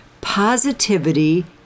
Positivity